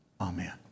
Amen